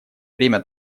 время